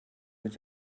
sind